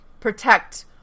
protect